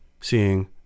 seeing